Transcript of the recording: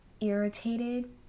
irritated